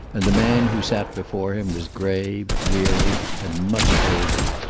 and the man who sat before him was grave, weary, and much older.